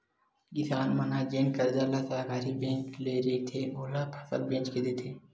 किसान मन ह जेन करजा ल सहकारी बेंक ले रहिथे, ओला फसल बेच के देथे